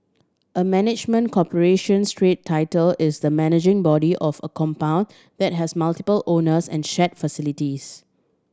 a management corporation strata title is the managing body of a compound that has multiple owners and share facilities